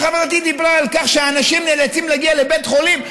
חברתי דיברה על כך שאנשים נאלצים להגיע לבית חולים,